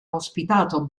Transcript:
ospitato